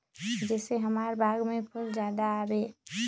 जे से हमार बाग में फुल ज्यादा आवे?